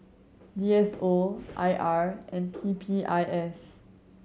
D S O I R and P P I S